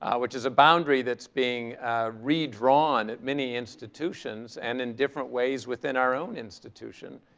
which is a boundary that's being redrawn at many institutions and in different ways within our own institution.